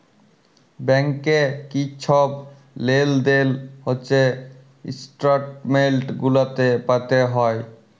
ব্যাংকে কি ছব লেলদেল হছে ইস্ট্যাটমেল্ট গুলাতে পাতে হ্যয়